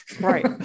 Right